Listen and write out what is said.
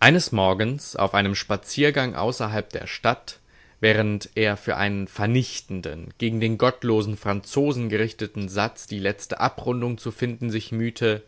eines morgens auf einem spaziergang außerhalb der stadt während er für einen vernichtenden gegen den gottlosen franzosen gerichteten satz die letzte abrundung zu finden sich mühte